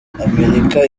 amerika